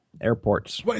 Airports